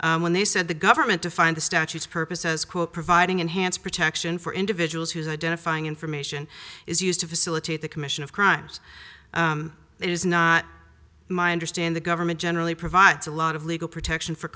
identity when they said the government to find the statutes purpose as quote providing enhanced protection for individuals whose identifying information is used to facilitate the commission of crimes that is not my understand the government generally provides a lot of legal protection for